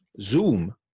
Zoom